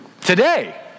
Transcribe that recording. today